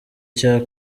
cya